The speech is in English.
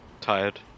tired